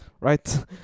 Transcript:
right